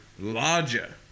larger